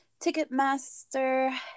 Ticketmaster